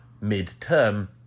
mid-term